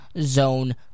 zone